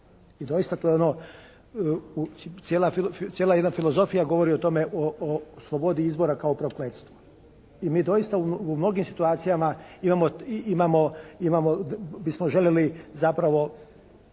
i doista to je jedno, cijela jedna filozofija govori o tome o slobodi izbora kao prokletstvo. I mi doista u mnogim situacijama imamo, bismo željeli zapravo